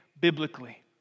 biblically